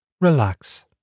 relax